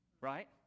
right